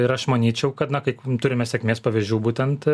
ir aš manyčiau kad na kai turime sėkmės pavyzdžių būtent